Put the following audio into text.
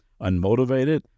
unmotivated